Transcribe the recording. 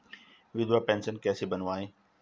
विधवा पेंशन कैसे बनवायें?